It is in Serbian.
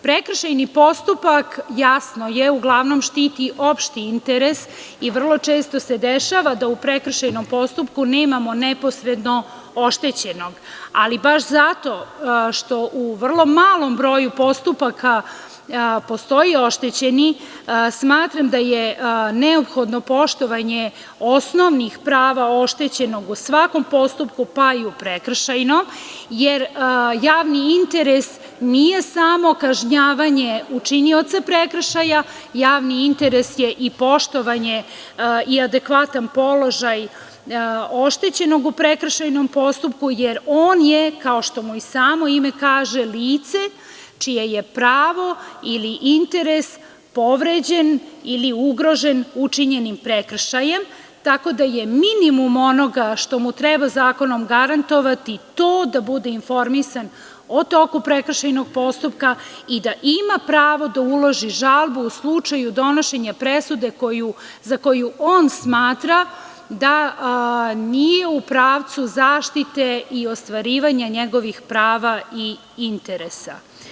Prekršajni postupak, jasno je, uglavnom štiti opšti interes i vrlo često se dešava da u prekršajnom postupku nemamo neposredno oštećenog, ali baš zato što u vrlo malom broju postupaka postoji oštećeni, smatram da je neophodno poštovanje osnovnih prava oštećenog u svakom postupku, pa i u prekršajnom, jer javni interes nije samo kažnjavanje učinioca prekršaja, već je javni interes poštovanje i adekvatan položaj oštećenog u prekršajnom postupku, jer on je, kao što mu i samo ime kaže, lice čije je pravo ili interes povređen ili ugrožen učinjenim prekršajem, tako da je minimum onoga što mu treba zakonom garantovati to da bude informisan o toku prekršajnog postupka i da ima pravo da uloži žalbu u slučaju donošenja presude za koju on smatra da nije u pravcu zaštite i ostvarivanja njegovih prava i interesa.